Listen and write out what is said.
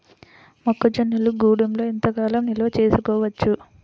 మొక్క జొన్నలు గూడంలో ఎంత కాలం నిల్వ చేసుకోవచ్చు?